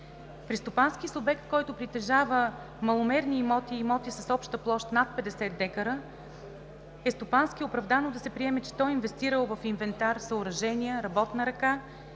При стопански субект, който притежава маломерни имоти и имоти с обща площ над 50 декара, е стопански оправдано да се приеме, че той е инвестирал в инвентар, съоръжения, работна ръка.